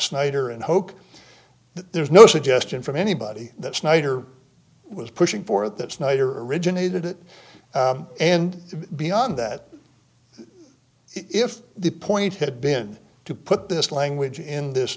snyder and hope there's no suggestion from anybody that snyder was pushing for this night or originated it and beyond that if the point had been to put this language in this